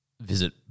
Visit